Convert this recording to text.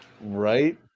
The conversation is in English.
Right